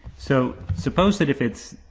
so, suppose that if it's,